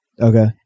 Okay